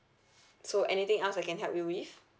so anything else I can help you with